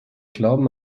glauben